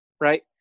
Right